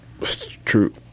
True